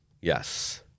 Yes